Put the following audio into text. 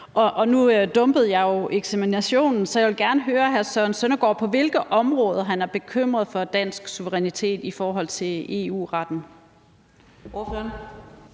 nu dumpede jeg jo eksaminationen, så jeg vil gerne høre hr. Søren Søndergaard, på hvilke områder han er bekymret for dansk suverænitet i forhold til EU-retten.